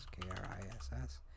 K-R-I-S-S